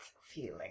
feeling